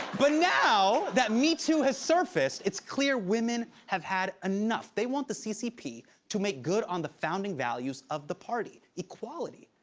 but now that metoo has surfaced, it's clear women have had enough. they want the ccp to make good on the founding values of the party, equality.